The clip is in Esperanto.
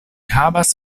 havas